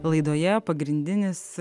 laidoje pagrindinis